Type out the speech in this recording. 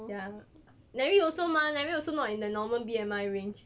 oh ya derrick also mah derrick also not in the normal B_M_I range